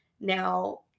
Now